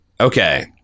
Okay